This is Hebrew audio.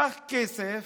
קח כסף,